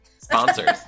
Sponsors